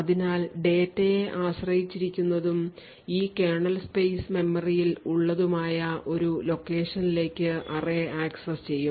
അതിനാൽ ഡാറ്റയെ ആശ്രയിച്ചിരിക്കുന്നതും ഈ കേർണൽ സ്പേസ് മെമ്മറിയിൽ ഉള്ളതുമായ ഒരു location ലേക്ക് array ആക്സസ് ചെയ്യും